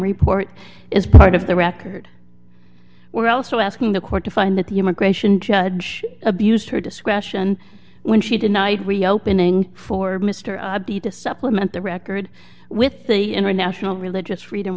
report is part of the record we're also asking the court to find that the immigration judge abused her discretion when she denied reopening for mr adie to supplement the record with the international religious freedom